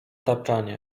tapczanie